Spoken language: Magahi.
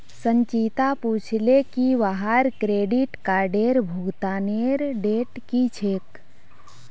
संचिता पूछले की वहार क्रेडिट कार्डेर भुगतानेर डेट की छेक